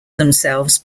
themselves